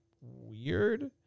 weird